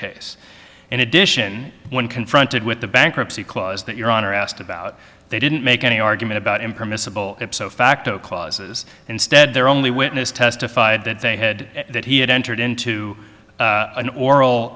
case in addition when confronted with the bankruptcy clause that your honor asked about they didn't make any argument about impermissible ipso facto clauses instead they're only witness testified that they had that he had entered into an oral